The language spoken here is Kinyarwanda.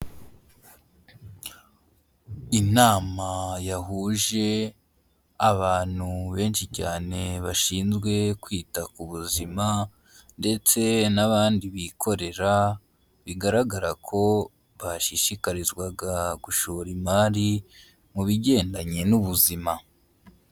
Inama yahuje abantu benshi cyane bashinzwe kwita ku buzima ndetse n'abandi bikorera, bigaragara ko bashishikarizwaga gushora imari mu bigendanye n'ubuzima.